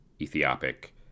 Ethiopic